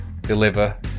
deliver